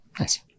Nice